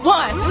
one